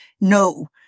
no